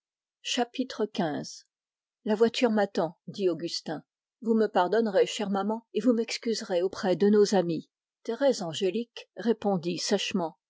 la voiture m'attend dit augustin vous me pardonnerez chère maman et vous m'excuserez auprès de nos amis thérèse angélique répondit sèchement